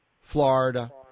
florida